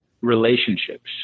relationships